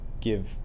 give